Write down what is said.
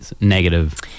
negative